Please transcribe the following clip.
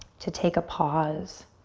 to take a pause,